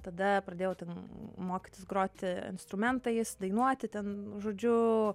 tada pradėjau ten mokytis groti instrumentais dainuoti ten nu žodžiu